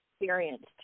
experienced